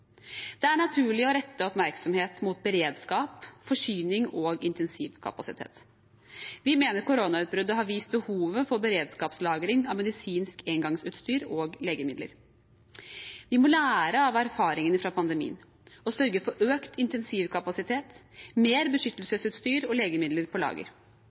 Det er naturlig å rette oppmerksomhet mot beredskap, forsyning og intensivkapasitet. Vi mener koronautbruddet har vist behovet for beredskapslagring av medisinsk engangsutstyr og legemidler. Vi må lære av erfaringene fra pandemien og sørge for økt intensivkapasitet, mer beskyttelsesutstyr og legemidler på lager.